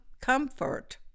comfort